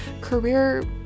career